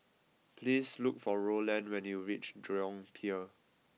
please look for Roland when you reach Jurong Pier